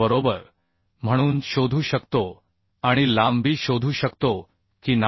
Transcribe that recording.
बरोबर म्हणून शोधू शकतो आणि लांबी शोधू शकतो की नाही